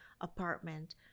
apartment